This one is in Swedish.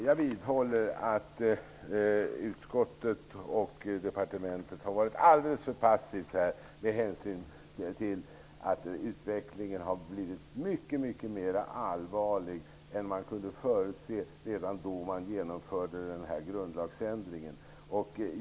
Jag vidhåller att utskott och departement har varit alldeles för passiva med hänsyn till att utvecklingen har blivit mycket allvarligare än man kunde förutse redan då man genomförde grundlagsändringen.